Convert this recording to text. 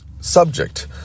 subject